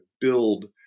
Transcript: build